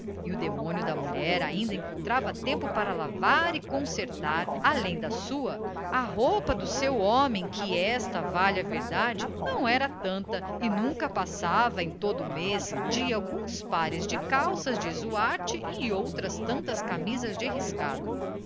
e o demônio da mulher ainda encontrava tempo para lavar e consertar além da sua a roupa do seu homem que esta valha a verdade não era tanta e nunca passava em todo o mês de alguns pares de calças de zuarte e outras tantas camisas de riscado